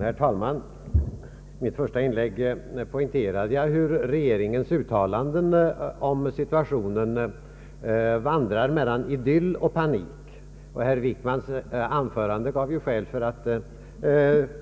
Herr talman! I mitt första inlägg poängterade jag hur regeringens uttalanden om situationen vandrade mellan idyll och panik. Herr Wickmans anförande gav ju skäl för att